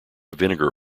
vinegar